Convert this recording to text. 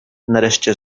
nareszcie